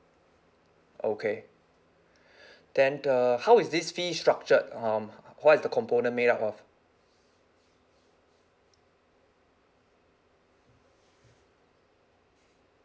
okay then uh how is this fee structured um what is the component made up of